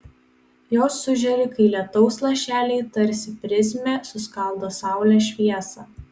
jos sužėri kai lietaus lašeliai tarsi prizmė suskaldo saulės šviesą